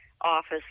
office